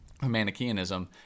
Manichaeanism